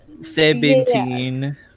Seventeen